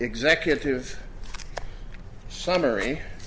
executive summary